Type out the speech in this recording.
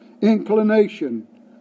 inclination